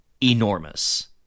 enormous